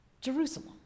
Jerusalem